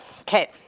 Okay